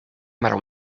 matter